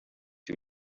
who